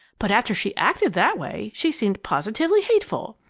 but after she acted that way, she seemed positively hateful!